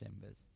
chambers